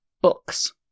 books